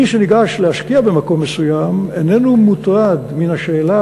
מי שניגש להשקיע במקום מסוים איננו מוטרד מן השאלה